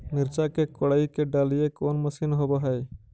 मिरचा के कोड़ई के डालीय कोन मशीन होबहय?